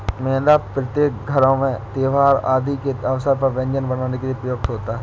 मैदा प्रत्येक घरों में त्योहार आदि के अवसर पर व्यंजन बनाने के लिए प्रयुक्त होता है